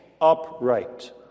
upright